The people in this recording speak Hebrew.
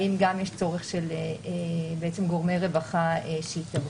האם יש גם צורך שגורמי רווחה יתערבו?